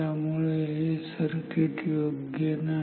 त्यामुळे हे सर्किट योग्य नाही